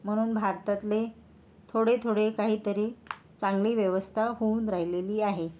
म्हणून भारतातले थोडे थोडे काहीतरी चांगली व्यवस्था होऊन राहलेली आहे